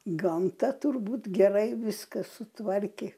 gamta turbūt gerai viską sutvarkė